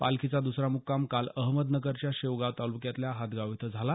पालखीचा दुसरा मुक्काम काल अहमदनगरच्या शेवगाव ताल्क्यात हादगाव इथं झाला